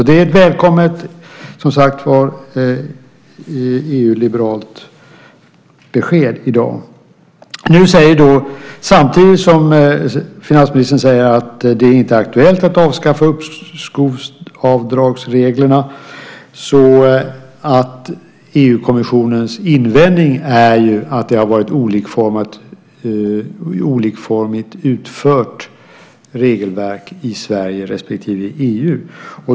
Det är som sagt ett välkommet EU-liberalt besked i dag. Samtidigt som finansministern säger att det inte är aktuellt att avskaffa uppskovsavdragsreglerna är EU-kommissionens invändning att det har varit ett olikformigt utfört regelverk i Sverige kontra EU.